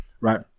right